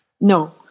No